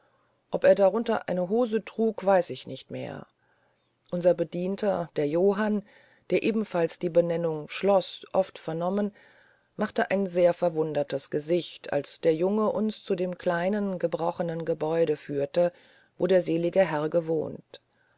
ob er darunter eine hose trug weiß ich nicht mehr unser bedienter der johann der ebenfalls die benennung schloß oft vernommen machte ein sehr verwundertes gesicht als der junge uns zu dem kleinen gebrochenen gebäude führte wo der selige herr gewohnt